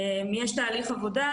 יש תהליך עבודה,